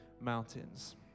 mountains